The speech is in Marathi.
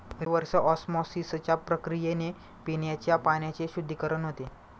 रिव्हर्स ऑस्मॉसिसच्या प्रक्रियेने पिण्याच्या पाण्याचे शुद्धीकरण होते